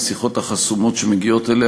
השיחות החסומות שמגיעות אליה,